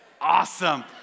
Awesome